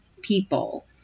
people